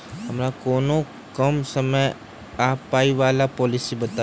हमरा कोनो कम समय आ पाई वला पोलिसी बताई?